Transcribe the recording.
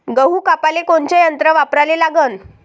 गहू कापाले कोनचं यंत्र वापराले लागन?